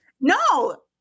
No